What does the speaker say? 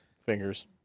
fingers